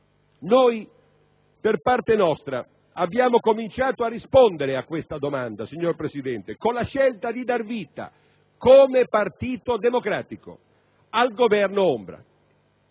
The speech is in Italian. Noi, per parte nostra, abbiamo cominciato a rispondere a questa domanda, signor Presidente, con la scelta di dar vita, come Partito Democratico, al Governo ombra.